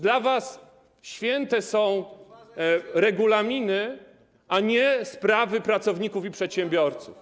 Dla was święte są regulaminy, a nie sprawy pracowników i przedsiębiorców.